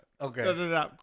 Okay